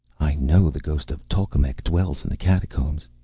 i know the ghost of tolkemec dwells in the catacombs,